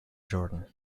jordan